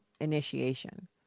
initiation